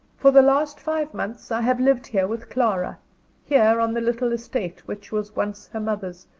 for the last five months i have lived here with clara here, on the little estate which was once her mother's,